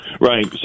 Right